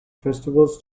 festivals